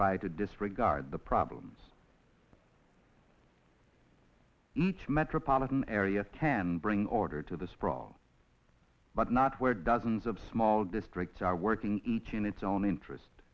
try to disregard the problems each metropolitan area ten bring order to the sprawl but not where dozens of small districts are working each in its own interest